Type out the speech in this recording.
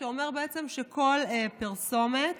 שאומר שכל פרסומת